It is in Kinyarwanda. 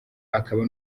akaba